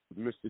Mr